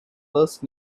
first